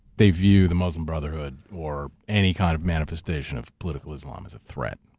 they view the muslim brotherhood, or any kind of manifestation of political islam is a threat.